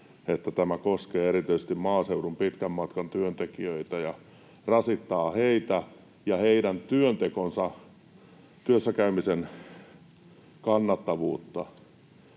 tämä koskee erityisesti maaseudun pitkän matkan työntekijöitä ja rasittaa heitä ja heidän työntekoansa, työssä käymisen kannattavuutta.